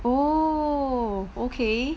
oo okay